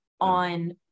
on